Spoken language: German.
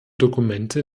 dokumente